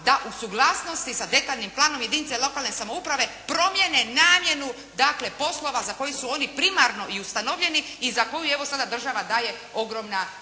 da u suglasnosti sa detaljnim planom jedinice lokalne samouprave promijene namjenu dakle, poslova za koje su oni primarno i ustanovljeni i za koju evo sada država daje ogromna sredstva.